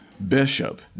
Bishop